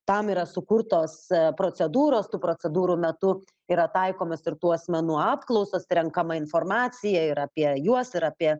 tam yra sukurtos procedūros tų procedūrų metu yra taikomos ir tų asmenų apklausos renkama informacija ir apie juos ir apie